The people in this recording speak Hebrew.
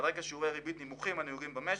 על רקע שיעורי הריבית הנמוכים הנהוגים במשק,